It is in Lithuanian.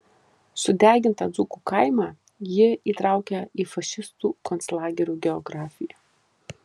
sudegintą dzūkų kaimą ji įtraukia į fašistų konclagerių geografiją